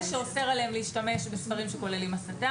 שאוסר עליהם להשתמש בספרים שכוללים הסתה.